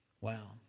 Wow